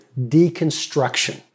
deconstruction